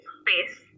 space